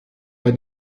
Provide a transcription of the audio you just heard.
bei